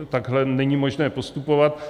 Takhle není možné postupovat.